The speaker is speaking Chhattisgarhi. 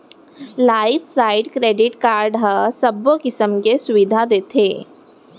लाइफ स्टाइड क्रेडिट कारड ह सबो किसम के सुबिधा देथे